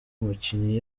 umukinnyi